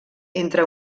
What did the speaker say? entre